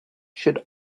should